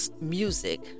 music